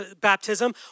baptism